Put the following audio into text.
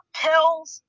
pills